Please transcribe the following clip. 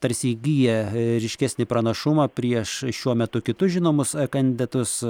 tarsi įgyja ryškesnį pranašumą prieš šiuo metu kitus žinomus kandidatus